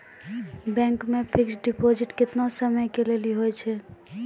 Bank मे fixed deposit केतना समय के लेली होय छै?